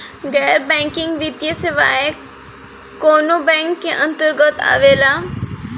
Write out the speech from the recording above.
गैर बैंकिंग वित्तीय सेवाएं कोने बैंक के अन्तरगत आवेअला?